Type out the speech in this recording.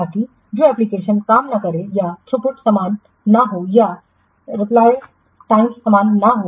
ताकि जो एप्लिकेशन काम न करे या थ्रूपुट समान न हो या रिस्पांस टाइम समान न हो